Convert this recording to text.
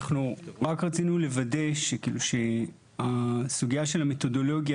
אנחנו רק רצינו לוודא שהסוגיה של המתודולוגיה